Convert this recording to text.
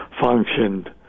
functioned